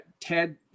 Ted